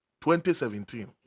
2017